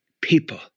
people